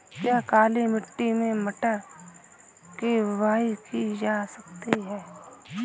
क्या काली मिट्टी में मटर की बुआई की जा सकती है?